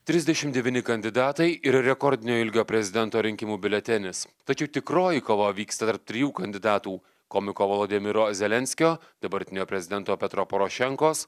trisdešimt devyni kandidatai ir rekordinio ilgio prezidento rinkimų biuletenis tačiau tikroji kova vyksta tarp trijų kandidatų komiko volodymyro zelenskio dabartinio prezidento petro porošenkos